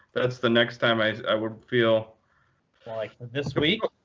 that's the next time i i would feel this week?